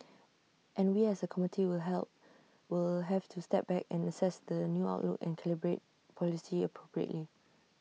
and we as A committee will help will have to step back and assess the new outlook and calibrate policy appropriately